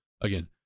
again